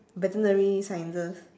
veterinary sciences